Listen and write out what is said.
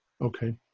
Okay